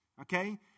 Okay